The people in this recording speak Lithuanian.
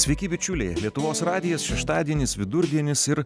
sveiki bičiuliai lietuvos radijas šeštadienis vidurdienis ir